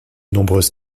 nombreuses